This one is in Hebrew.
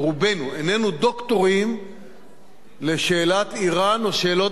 או רובנו איננו דוקטורים לשאלת אירן או שאלות